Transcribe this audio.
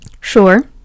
Sure